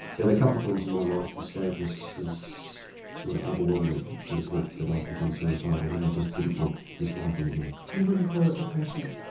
but a couple of times in my life this sadness has sort of overwhelmed me to the point that i've become suicidal and i just didn't want this life anymore. you wouldn't call it depression?